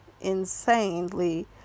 insanely